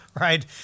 right